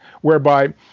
whereby